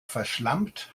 verschlampt